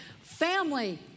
Family